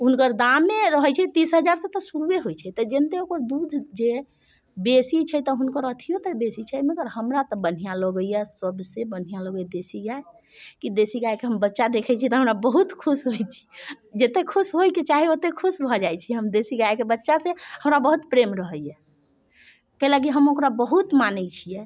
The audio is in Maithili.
हुनकर दामे रहैत छै तीस हजार तऽ शुरूए होइत छै तऽ जनिते ओकर दूध जे बेसी छै तऽ हुनकर अथिओ तऽ बेसी छै मगर हमरा तऽ बढ़िआँ लगैए सभसँ बढ़िआँ लगैए देशी गाए कि देशी गाएके हम बच्चा देखैत छियै तऽ हमरा बहुत खुश होइत छियै जतेक खुश होयके चाही ओतेक खुश भऽ जाइत छियै हम देशी गाएके बच्चासँ हमरा बहुत प्रेम रहैए कै लागी हम ओकरा बहुत मानैत छियै